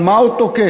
על מה הוא תוקף,